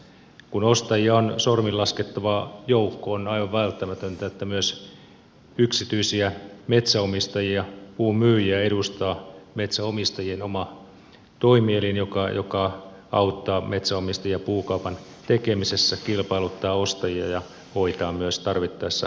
kun ostajia on sormin laskettava joukko on aivan välttämätöntä että myös yksityisiä metsänomistajia puun myyjiä edustaa metsänomistajien oma toimielin joka auttaa metsänomistajia puukaupan tekemisessä kilpailuttaa ostajia ja hoitaa myös tarvittaessa puukaupan